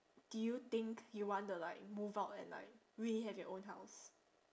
do you think you want to like move out and like really have your own house